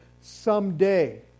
someday